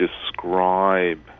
describe